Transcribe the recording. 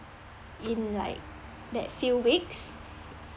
in like that few weeks